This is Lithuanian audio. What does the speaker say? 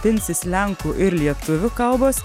pinsis lenkų ir lietuvių kalbos